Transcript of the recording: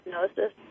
hypnosis